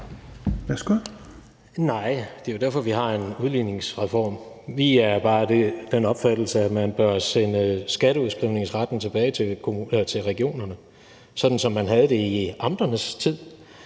Nej, det er jo derfor, at vi har en udligningsreform. Vi er bare af den opfattelse, at man bør sende skatteudskrivningsretten tilbage til regionerne, sådan som man havde det i amternes tid,